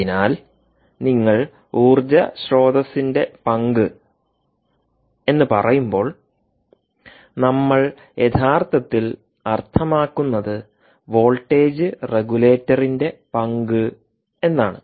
അതിനാൽ നിങ്ങൾ ഊർജ്ജ സ്രോതസ്സിന്റെ പങ്ക് എന്ന് പറയുമ്പോൾ നമ്മൾ യഥാർത്ഥത്തിൽ അർത്ഥമാക്കുന്നത് വോൾട്ടേജ് റെഗുലേറ്ററിന്റെ പങ്ക് എന്നാണ്